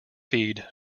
feed